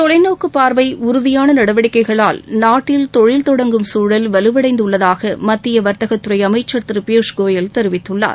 தொலைநோக்கு பார்வை உறுதியான நடவடிக்கைகளால் நாட்டில் தாழில் தொடங்கும் சூழல் வலுவடைந்து உள்ளதாக மத்திய வர்த்தகத்துறை அமைச்சர் திரு பியூஸ் கோயல் தெரிவித்துள்ளார்